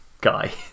guy